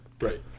Right